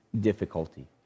difficulty